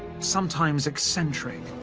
sometimes eccentric.